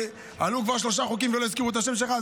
עלו כבר שלושה חוקים ולא הזכירו את השם שלך,